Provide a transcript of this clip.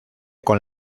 con